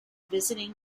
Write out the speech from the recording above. visiting